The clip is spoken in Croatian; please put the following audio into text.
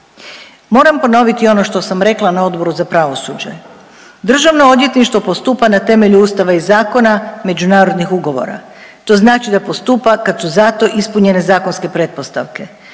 Moram ponoviti i ono što sam rekla na Odboru za pravosuđe, državno odvjetništvo postupa na temelju ustava i zakona međunarodnih ugovora. To znači da postupa kad su za to ispunjene zakonske pretpostavke.